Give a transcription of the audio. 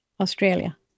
australia